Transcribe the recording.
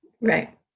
Right